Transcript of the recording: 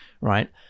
right